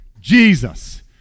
Jesus